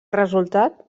resultat